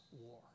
war